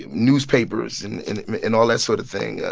and newspapers and and and all that sort of thing,